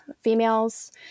females